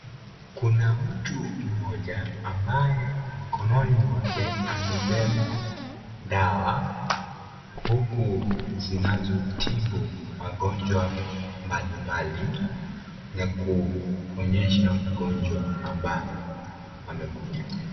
Kuna mtu mmoja ambaye mkononi mwake amebeba dawa huku zinazotibu magonjwa mbali mbali na kuonyesha mgonjwa ambaye amekuja.